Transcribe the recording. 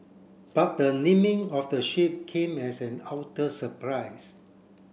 but the naming of the ship came as an utter surprise